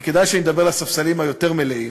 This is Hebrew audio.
כי כדאי שאדבר לספסלים היותר-מלאים,